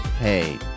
Hey